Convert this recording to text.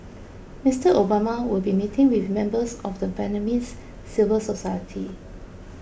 Mister Obama will be meeting with members of the Vietnamese civil society